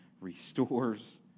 restores